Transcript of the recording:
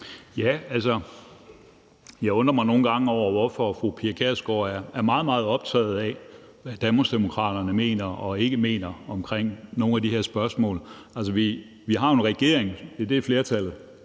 Altså, jeg undrer mig nogle gange over, at fru Pia Kjærsgaard er meget, meget optaget af, hvad Danmarksdemokraterne mener og ikke mener om nogle af de her spørgsmål. Vi har jo en regering, som sidder med et flertal,